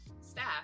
staff